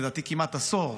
לדעתי כמעט עשור,